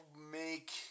make